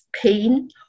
pain